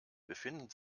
befinden